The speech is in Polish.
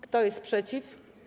Kto jest przeciw?